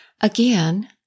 again